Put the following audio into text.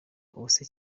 ubuse